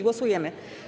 Głosujemy.